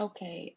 Okay